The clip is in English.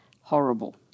Horrible